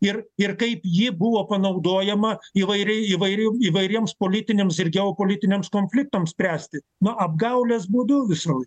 ir ir kaip ji buvo panaudojama įvairiai įvairium įvairiems politiniams ir geopolitiniams konfliktams spręsti nu apgaulės būdu visur